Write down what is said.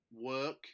work